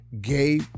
gay